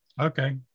Okay